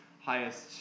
Highest